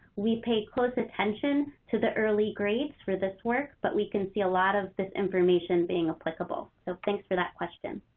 we pay close attention to the early grades for this work, but we can see a lot of this information being applicable. so, thanks for that question.